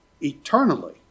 eternally